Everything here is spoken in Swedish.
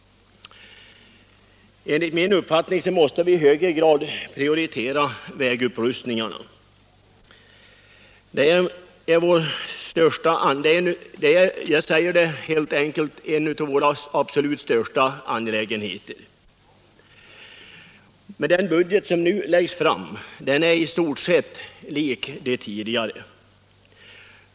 Enligt min mening måste vi i högre grad prioritera vägupprustningarna. Jag vill säga att detta helt enkelt är en av våra angelägnaste uppgifter. Den vägbudget som nu föreslås är i stort sett lik den tidigare.